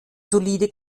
solide